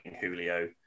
Julio